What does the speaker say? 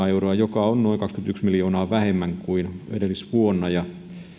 euroa joka on noin kaksikymmentäyksi miljoonaa vähemmän kuin edellisvuonna